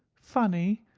funny,